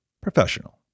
professional